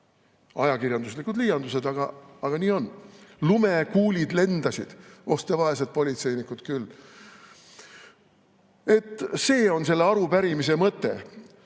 Ajakirjanduslikud liialdused, aga nii on. Lumekuulid lendasid. Oh te vaesed politseinikud küll! See on selle arupärimise mõte.